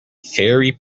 fairy